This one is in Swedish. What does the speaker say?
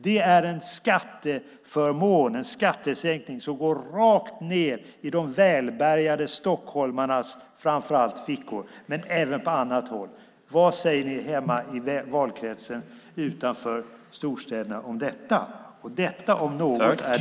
Det är en skatteförmån, en skattesänkning som går rakt ned i framför allt de välbärgade stockholmarnas fickor men även på annat håll. Vad säger ni om detta hemma i valkretsen utanför storstäderna? Detta om något är dålig rättvisa.